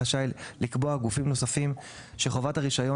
רשאי לקבוע גופים נוספים שחובת רישיון